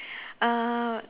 uh